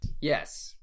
yes